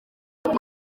ati